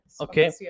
Okay